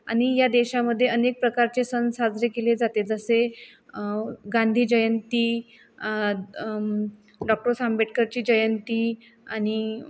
आणि या देशामध्ये अनेक प्रकारचे सण साजरे केले जाते जसे गांधी जयंती डॉक्टर्स आंबेडकरची जयंती आणि